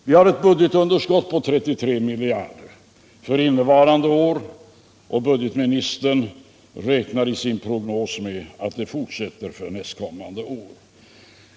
Vi har ett budgetunderskott på 33 miljarder för innevarande år, och budgetministern räknar i sin prognos med att den utvecklingen kommer att fortsätta nästkommande år.